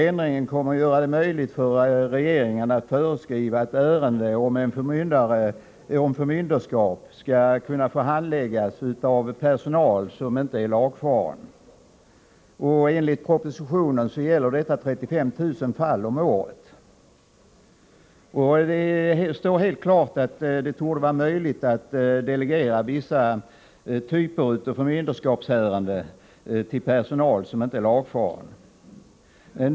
Ändringen kommer att göra det möjligt för regeringen att föreskriva att ärende om förmynderskap får handläggas av personal som inte är lagfaren. Enligt propositionen gäller detta 35 000 fall om året. Det står helt klart att det torde vara möjligt att delegera vissa typer av förmynderskapsärenden till personal som inte är lagfaren.